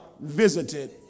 visited